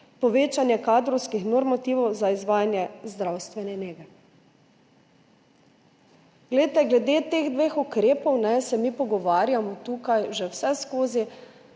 povečanje kadrovskih normativov za izvajanje zdravstvene nege. Glede teh dveh ukrepov se mi pogovarjamo tukaj že vseskozi,